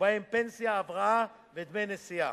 ובהם פנסיה, הבראה ודמי נסיעה.